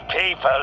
people